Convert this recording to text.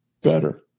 better